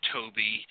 Toby